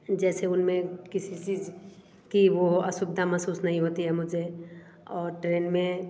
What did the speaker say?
जैसे उनमें किसी चीज की वो असुविधा महसूस नहीं होती है मुझे और ट्रेन में